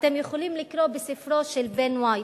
אתם יכולים לקרוא בספרו של בן ווייט.